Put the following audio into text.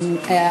תודה.